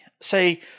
say